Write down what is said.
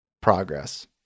progress